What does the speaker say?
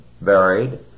buried